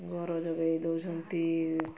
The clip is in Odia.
ଘର ଯୋଗାଇ ଦଉଛନ୍ତି